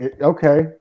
okay